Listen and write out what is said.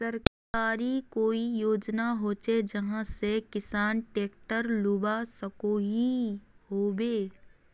सरकारी कोई योजना होचे जहा से किसान ट्रैक्टर लुबा सकोहो होबे?